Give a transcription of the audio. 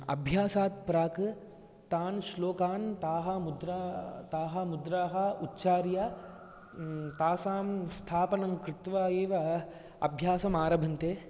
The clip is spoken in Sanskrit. अभ्यासात् प्राक् तान् श्लोकान् ताः मुद्रा ताः मुद्राः उच्चार्य तासां स्थापनं कृत्वा एव अभ्यासमारभन्ते